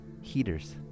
Heaters